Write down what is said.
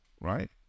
right